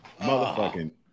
motherfucking